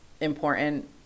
important